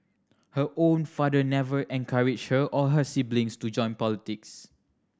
her own father never encouraged her or her siblings to join politics